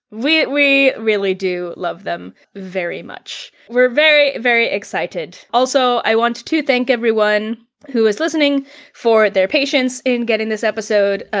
we really do love them very much. we're very, very excited. also, i want to thank everyone who is listening for their patience in getting this episode, ah